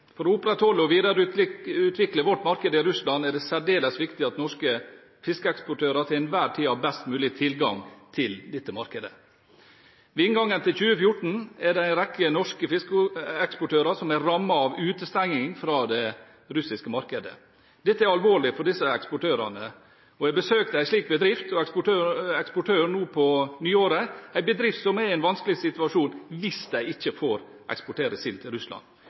for norsk fisk. For å opprettholde og videreutvikle vårt marked i Russland er det særdeles viktig at norske fiskeeksportører til enhver tid har best mulig tilgang til dette markedet. Ved inngangen til 2014 er det en rekke norske fiskeeksportører som er rammet av en utestenging fra det russiske markedet. Dette er alvorlig for disse eksportørene. Jeg besøkte en slik bedrift og eksportør nå på nyåret, en bedrift som er i en vanskelig situasjon hvis de ikke får eksportere sild til Russland